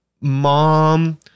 mom